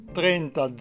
trenta